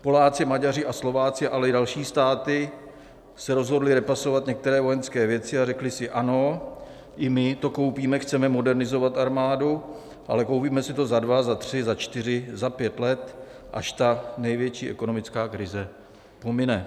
Poláci, Maďaři a Slováci, ale i další státy, se rozhodli repasovat některé vojenské věci a řekli si ano, i my to koupíme, chceme modernizovat armádu, ale koupíme si to za dva, za tři, za čtyři roky, za pět let, až největší ekonomická krize pomine.